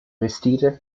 vestite